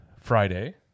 Friday